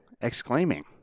exclaiming